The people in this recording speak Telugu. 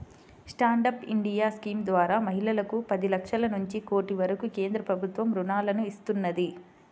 స్టాండ్ అప్ ఇండియా స్కీమ్ ద్వారా మహిళలకు పది లక్షల నుంచి కోటి వరకు కేంద్ర ప్రభుత్వం రుణాలను ఇస్తున్నది